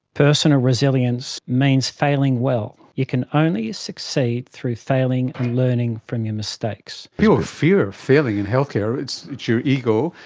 personal resilience means means failing well. you can only succeed through failing and learning from your mistakes. people fear failing in healthcare, it's it's your ego,